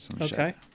Okay